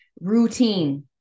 routine